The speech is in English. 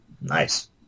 Nice